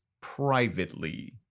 privately